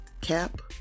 Cap